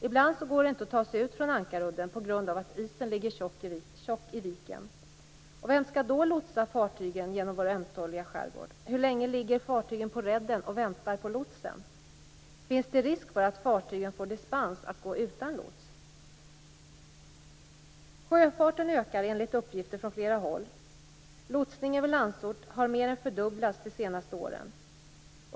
Ibland går det inte att ta sig ut från Ankarudden på grund av att isen ligger tjock i viken. Vem skall då lotsa fartygen genom vår ömtåliga skärgård? Hur länge ligger fartygen på redden och väntar på lotsen? Finns det risk för att fartygen får dispens att gå utan lots? Sjöfarten ökar enligt uppgifter från flera håll. Lotsningen över Landsort har mer än fördubblats de senaste åren.